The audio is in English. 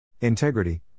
Integrity